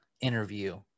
interview